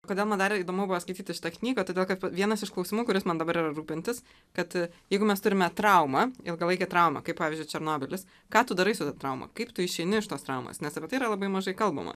kodėl man dar įdomu buvo skaityti šitą knygą todėl kad vienas iš klausimų kuris man dabar yra rūpintis kad jeigu mes turime traumą ilgalaikę traumą kaip pavyzdžiui černobylis ką tu darai su trauma kaip tu išeini iš tos traumos nes apie tai yra labai mažai kalbama